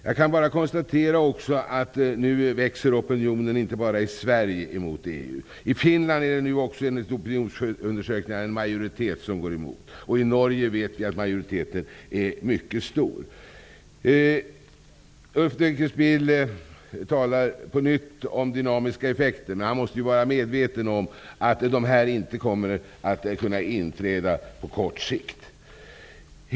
Jag kan konstatera att opinionen mot EU inte bara växer i Sverige. I Finland går nu enligt opinionsundersökningar en majoritet emot. Vi vet att denna majoritet är mycket stor i Norge. Ulf Dinkelspiel talar på nytt om dynamiska effekter. Han måste vara medveten om att de inte kommer att inträda på kort sikt.